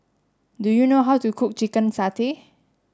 do you know how to cook chicken satay